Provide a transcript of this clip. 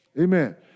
Amen